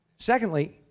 Secondly